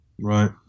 Right